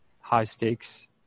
high-stakes